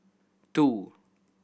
two